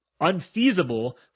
Unfeasible